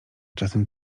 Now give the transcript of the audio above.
czasami